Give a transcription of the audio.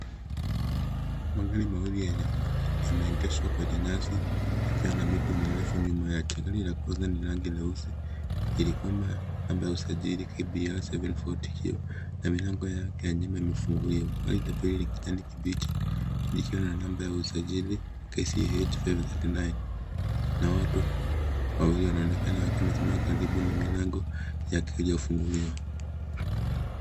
Magari mawili yenye yameegeshwa kwenye nyasi ikiwa na miti mirefu nyuma yake. Gari la kwanza ni la rangi nyeusi ilikwamba namba ya usajili KBR 740Q na milango yake ya nyuma yamefunguliwa. Gari la pili ni kijani kibichi likiwa na namba ya usajili KCH 539P na watu wawili wanaonekana wakiwa wamesimama karibu na milango yake haijafunguliwa.